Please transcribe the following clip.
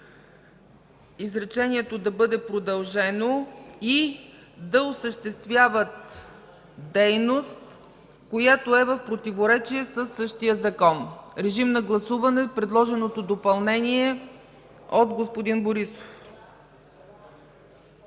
изречението да бъде продължено „и да осъществяват дейност, която е в противоречие със същия закон”. Гласуваме предложеното допълнение от господин Борисов.